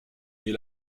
est